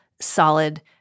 solid